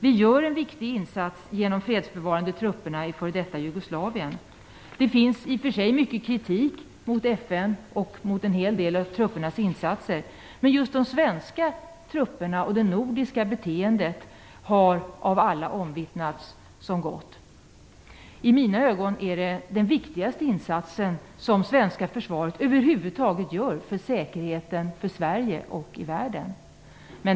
Vi gör en viktig insats genom de fredsbevarande trupperna i f.d. Jugoslavien. Det finns i och för sig mycket kritik mot FN och en hel del av truppernas insatser, men just de svenska och nordiska truppernas beteende har enligt vad alla omvittnat varit gott. I mina ögon är detta den viktigaste insats som det svenska försvaret gör över huvud taget för säkerheten i Sverige och i världen.